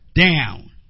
down